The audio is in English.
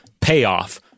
payoff